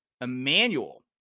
Emmanuel